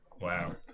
Wow